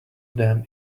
damn